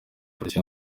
polisi